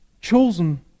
Chosen